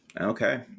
Okay